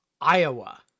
Iowa